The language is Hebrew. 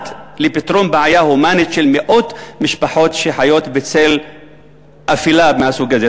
לפתרון בעיה הומנית של מאות משפחות שחיות בצל אפליה מהסוג הזה?